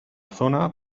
zona